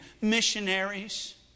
missionaries